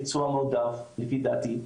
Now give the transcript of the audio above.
מקצוע מועדף לפי דעתי,